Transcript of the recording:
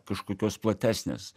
kažkokios platesnės